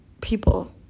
people